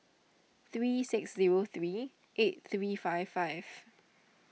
three six zero three eight three five five